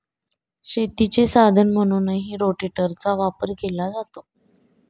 शेतीचे साधन म्हणूनही रोटेटरचा वापर केला जातो